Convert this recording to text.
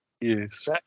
Yes